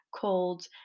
called